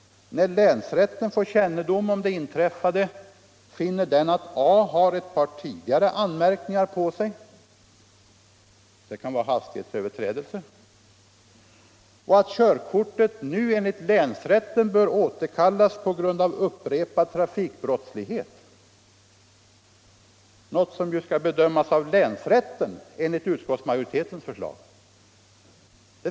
När länsrätten får kännedom om det inträffade finner den att A har ett par anmärkningar sedan tidigare — det kan vara hastighetsöverträdelse — och att körkortet nu enligt länsrätten bör återkallas på grund av upprepad trafikbrottslighet, något som skall bedömas av länsrätten enligt utskottsmajoritetens förslag.